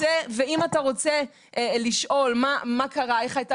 ואם אתה רוצה לשאול מה קרה או איך הייתה